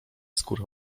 skóra